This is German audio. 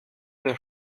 der